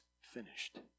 finished